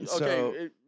Okay